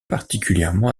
particulièrement